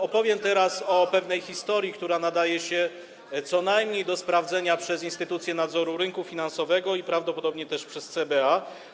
opowiem teraz o pewnej historii, która nadaje się co najmniej do sprawdzenia przez instytucje nadzoru rynku finansowego i prawdopodobnie też przez CBA.